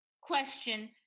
question